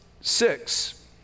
six